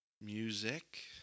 Music